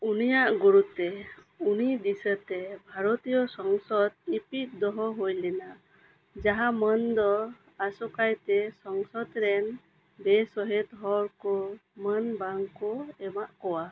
ᱩᱱᱤᱭᱟᱜ ᱜᱩᱨᱛᱮ ᱩᱱᱤ ᱫᱤᱥᱟᱹᱛᱮ ᱵᱷᱟᱨᱚᱛᱤᱭᱚ ᱥᱚᱝᱥᱚᱫᱽ ᱦᱟᱹᱯᱤᱫ ᱫᱚᱦᱚ ᱦᱩᱭᱞᱮᱱᱟ ᱡᱟᱸᱦᱟ ᱢᱟᱹᱱ ᱫᱚ ᱟᱥᱚᱠᱟᱭᱛᱮ ᱥᱚᱝᱥᱚᱫᱽ ᱨᱮᱱ ᱵᱮᱼᱥᱚᱦᱮᱫ ᱦᱚᱲ ᱠᱚ ᱢᱟᱹᱱ ᱵᱟᱝᱠᱚ ᱮᱢᱟ ᱠᱚᱣᱟ